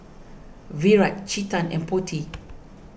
Virat Chetan and Potti